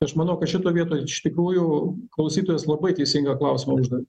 aš manau kad šitoj vietoj iš tikrųjų klausytojas labai teisingą klausimą uždavė